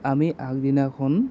আমি আগদিনাখন